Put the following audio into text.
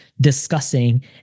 discussing